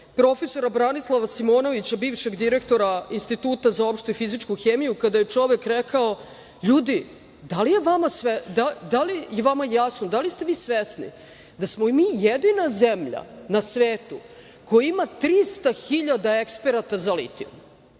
profesora Branislava Simonovića, bivšeg direktora Instituta za opšte-fizičku hemiju, kada je čovek rekao: „Ljudi, da li je vama jasno, da li ste vi svesni da smo mi jedina zemlja na svetu koja ima 300.000 eksperata za litijum,